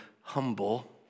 humble